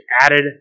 added